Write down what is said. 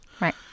Right